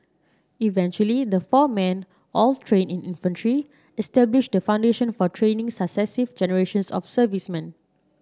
eventually the four men all trained in infantry established the foundation for training successive generations of servicemen